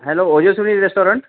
hello Ojaswini restaurant